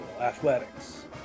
athletics